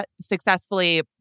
successfully